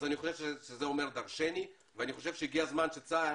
אני חושב שזה אומר דרשני ואני חושב שהגיע הזמן שצה"ל